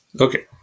Okay